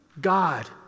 God